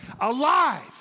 Alive